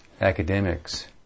academics